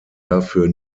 dafür